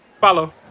Follow